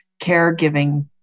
caregiving